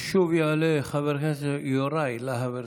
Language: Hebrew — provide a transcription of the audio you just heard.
שוב יעלה חבר הכנסת יוראי להב הרצנו.